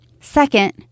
Second